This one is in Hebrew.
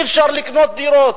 אי-אפשר לקנות דירות.